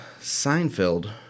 Seinfeld